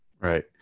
Right